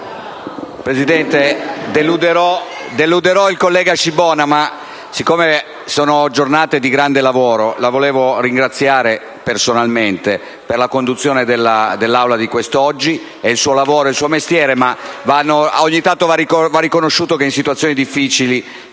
Presidente, deluderò il collega Scibona ma, siccome sono giornate di grande lavoro, la volevo ringraziare personalmente per la conduzione dell'Aula di quest'oggi. È il suo lavoro e il suo mestiere, ma ogni tanto va riconosciuto che in situazioni difficili